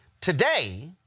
today